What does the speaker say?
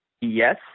yes